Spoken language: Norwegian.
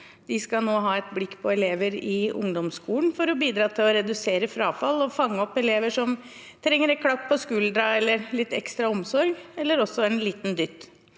De skal nå ha et blikk på elever i ungdomsskolen for å bidra til å redusere frafall og fange opp elever som trenger et klapp på skulderen, litt ekstra omsorg eller også en liten dytt.